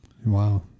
Wow